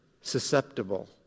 susceptible